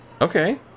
Okay